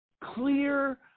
clear